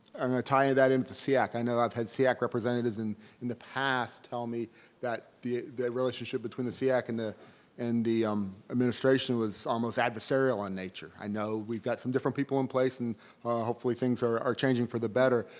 and tying that into seac, i know i've had seac representatives in in the past tell me that the the relationship between the seac the seac and the um administration was almost adversarial in nature. i know we've got some different people in place and hopefully things are changing for the better,